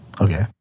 Okay